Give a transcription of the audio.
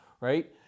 right